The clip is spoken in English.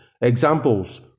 Examples